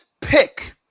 pick